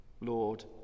Lord